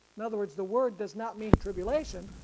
in other words, the word does not mean tribulation,